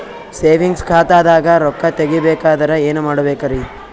Savings ಖಾತಾದಾಗ ರೊಕ್ಕ ತೇಗಿ ಬೇಕಾದರ ಏನ ಮಾಡಬೇಕರಿ?